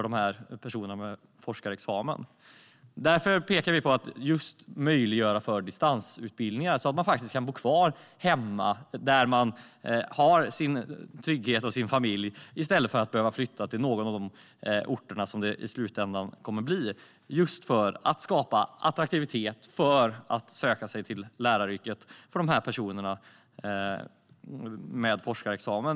Därför pekar vi på att möjliggöra distansutbildning så att man kan bo kvar där man har sin trygghet och sin familj i stället för att behöva flytta till någon av de orter som det i slutändan kommer att bli. Detta för att göra läraryrket attraktivt för personer med forskarexamen.